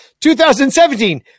2017